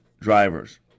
drivers